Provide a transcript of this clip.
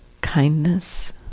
kindness